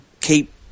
keep